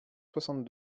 soixante